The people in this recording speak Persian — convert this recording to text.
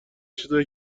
چیزای